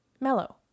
mellow